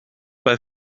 bei